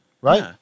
Right